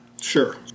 Sure